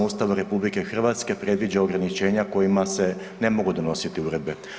Ustava RH predviđa ograničenja kojima se ne mogu donositi uredbe.